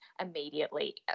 immediately